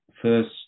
First